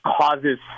causes